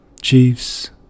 Chiefs